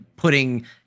Putting